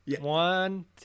One